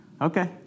Okay